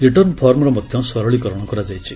return form ମଧ୍ୟ ସରଳୀକରଣ କରାଯାଇଛି